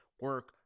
Work